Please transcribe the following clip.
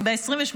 ב-28